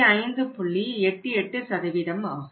88 ஆகும்